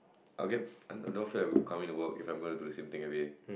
I will get I I dont feel like coming to work if I'm going to do same thing everyday